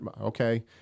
okay